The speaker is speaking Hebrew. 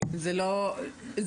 זה לא מספק.